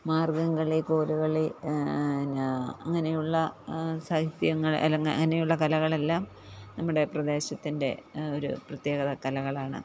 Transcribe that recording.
മാർഗ്ഗംകളി കോൽക്കളി പിന്നെ അങ്ങനെയുള്ള സാഹിത്യങ്ങൾ അല്ലെങ്കിൽ അങ്ങനെയുള്ള കലകളെല്ലാം നമ്മുടെ പ്രദേശത്തിൻ്റെ ഒരു പ്രത്യേകത കലകളാണ്